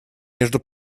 между